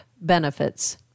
benefits